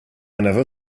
never